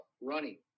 running